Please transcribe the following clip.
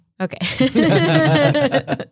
Okay